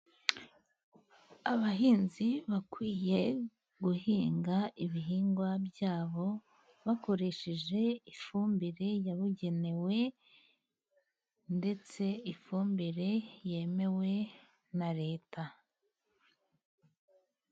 Abahinzi bakwiye guhinga ibihingwa byabo, bakoresheje ifumbire yabugenewe, ndetse ifumbire yemewe na Leta.